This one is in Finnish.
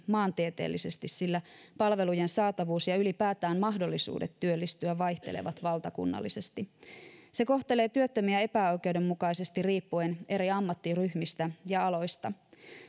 maantieteellisesti sillä palvelujen saatavuus ja ylipäätään mahdollisuudet työllistyä vaihtelevat valtakunnallisesti se kohtelee työttömiä epäoikeudenmukaisesti riippuen eri ammattiryhmistä ja aloista